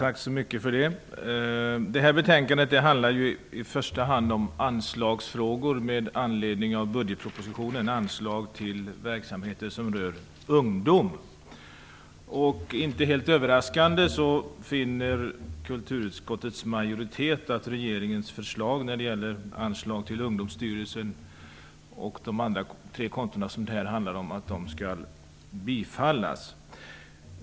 Fru talman! Detta betänkande handlar i första hand om anslagsfrågor med anledning av budgetpropositionen - anslag till verksamheter som rör ungdom. Inte helt överraskande finner kulturutskottets majoritet att regeringens förslag när det gäller anslag till Ungdomsstyrelsen och till de andra tre konton det handlar om skall bifallas.